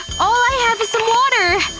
all i have is some water!